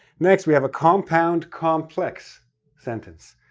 next we have a compound-complex sentence.